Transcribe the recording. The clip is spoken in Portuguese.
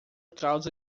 causa